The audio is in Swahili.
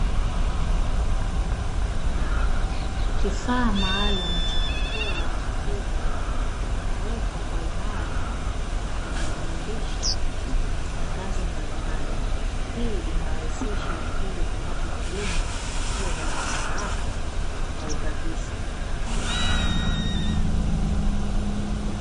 Kifaaa maalumu cha kutoa fedha kimewekwa kwa imara na kinadhihirisha matangazo mbalimbali. Hii inarahisisha wateja kupata huduma za kifedha, kwa haraka na kwa urahisi.